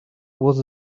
was